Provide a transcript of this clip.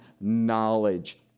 knowledge